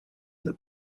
that